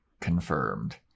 Confirmed